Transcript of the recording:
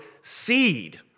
seed